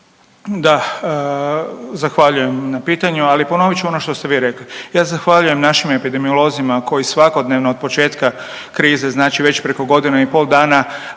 Da, zahvaljujem na pitanju ali ponovit ću ono što ste vi rekli. Ja zahvaljujem našim epidemiolozima koji svakodnevno od početak krize već preko godinu i pol dana